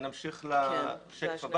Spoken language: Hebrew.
לא ציינת את גביית הקנסות.